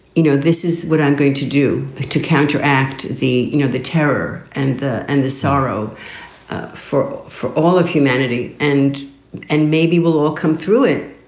you know, this is what i'm going to do to counteract the, you know, the terror and the and the sorrow for for all of humanity. and and maybe we'll all come through it.